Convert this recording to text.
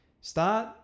Start